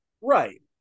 right